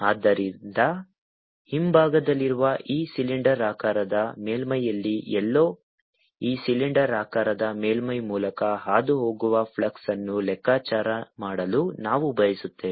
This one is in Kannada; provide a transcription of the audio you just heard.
ಆದ್ದರಿಂದ ಹಿಂಭಾಗದಲ್ಲಿರುವ ಈ ಸಿಲಿಂಡರಾಕಾರದ ಮೇಲ್ಮೈಯಲ್ಲಿ ಎಲ್ಲೋ ಈ ಸಿಲಿಂಡರಾಕಾರದ ಮೇಲ್ಮೈ ಮೂಲಕ ಹಾದುಹೋಗುವ ಫ್ಲಕ್ಸ್ ಅನ್ನು ಲೆಕ್ಕಾಚಾರ ಮಾಡಲು ನಾವು ಬಯಸುತ್ತೇವೆ